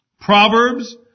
Proverbs